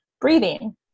breathing